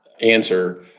answer